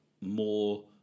more